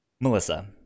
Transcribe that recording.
Melissa